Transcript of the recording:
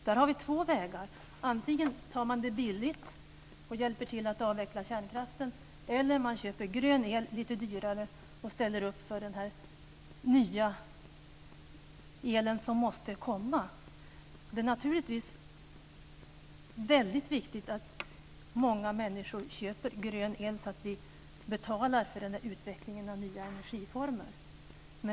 Där har vi två vägar, antingen gör man det billigt och hjälper till att avveckla kärnkraften, eller så köper men lite dyrare grön el och ställer upp för den nya el som måste komma. Det är naturligtvis viktigt att många människor köper grön el så att vi betalar för utvecklingen av nya energiformer.